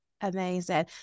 Amazing